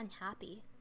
unhappy